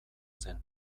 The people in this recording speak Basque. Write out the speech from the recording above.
zen